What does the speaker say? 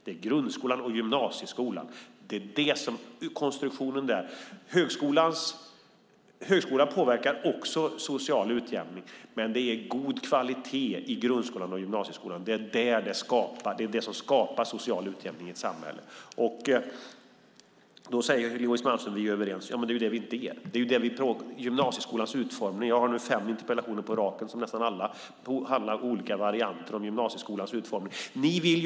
Det handlar om konstruktionen av grundskolan och gymnasieskolan. Högskolan påverkar också den sociala utjämningen, men det är god kvalitet i grundskolan och gymnasieskolan som skapar social utjämning i ett samhälle. Louise Malmström säger att vi är överens. Nej, det är det vi inte är. Jag har i dag fem interpellationer på raken som nästan alla handlar om gymnasieskolans utformning i olika varianter.